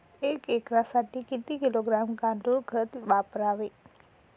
एक एकरसाठी किती किलोग्रॅम गांडूळ खत वापरावे?